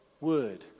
word